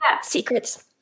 Secrets